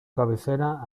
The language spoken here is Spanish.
cabecera